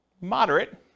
Moderate